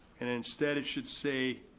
and instead it should say,